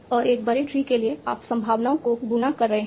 और एक बड़े ट्री के लिए आप संभावनाओं को गुणा कर रहे हैं